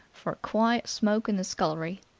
for a quiet smoke in the scullery.